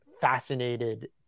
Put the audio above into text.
fascinated